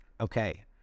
Okay